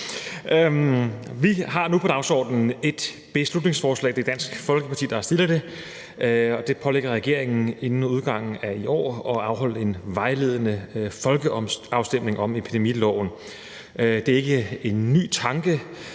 Vi har nu på dagsordenen et beslutningsforslag, som Dansk Folkeparti har fremsat, og det pålægger regeringen inden udgangen af i år at afholde en vejledende folkeafstemning om epidemiloven. Det er ikke en ny tanke,